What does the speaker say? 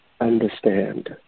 understand